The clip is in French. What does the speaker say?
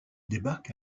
débarque